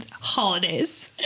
holidays